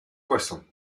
poissons